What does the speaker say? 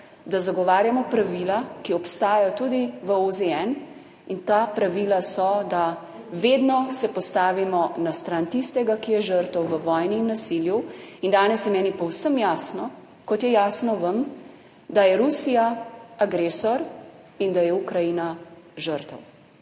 da zagovarjamo pravila, ki obstajajo tudi v OZN. In ta pravila so, da vedno se postavimo na stran tistega, ki je žrtev v vojni in nasilju in danes je meni povsem jasno, kot je jasno vam, da je Rusija agresor in da je Ukrajina žrtev.